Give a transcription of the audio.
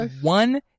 one